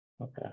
okay